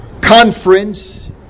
conference